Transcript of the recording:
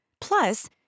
Plus